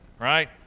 right